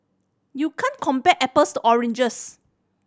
you can't compare apples to oranges